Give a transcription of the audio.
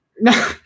No